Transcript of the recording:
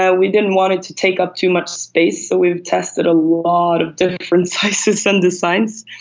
yeah we didn't want it to take up too much space so we've tested a lot of different sizes and designs.